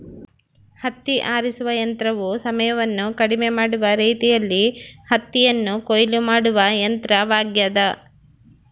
ಹತ್ತಿ ಆರಿಸುವ ಯಂತ್ರವು ಸಮಯವನ್ನು ಕಡಿಮೆ ಮಾಡುವ ರೀತಿಯಲ್ಲಿ ಹತ್ತಿಯನ್ನು ಕೊಯ್ಲು ಮಾಡುವ ಯಂತ್ರವಾಗ್ಯದ